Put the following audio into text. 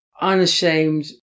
unashamed